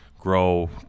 grow